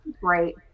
Great